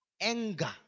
Anger